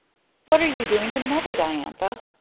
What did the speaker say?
what are you doing to mother, diantha?